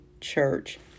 church